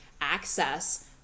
access